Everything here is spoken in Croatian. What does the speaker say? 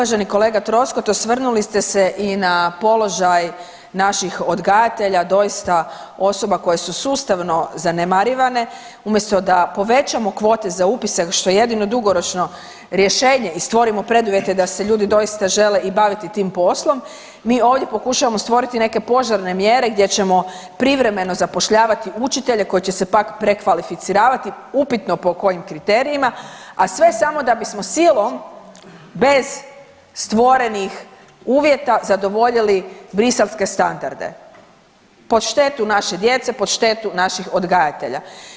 Uvaženi kolega Troskot, osvrnuli ste se i na položaj naših odgajatelja, doista osoba koje su sustavno zanemarivane, umjesto da povećamo kvote za upise što je jedino dugoročno rješenje i stvorimo preduvjete da se ljudi doista žele i baviti tim poslom mi ovdje pokušavamo stvoriti neke požarne mjere gdje ćemo privremeno zapošljavati učitelji koji će se pak prekvalificiravati upitno po kojim kriterijima, a sve samo da bismo silom bez stvorenih uvjeta zadovoljili briselske standarde, pod štetu naše djece i pod štetu naših odgajatelja.